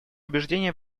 убеждений